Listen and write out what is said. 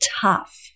tough